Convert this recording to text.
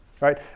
right